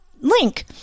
link